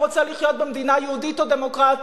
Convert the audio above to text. רוצה לחיות במדינה יהודית או דמוקרטית.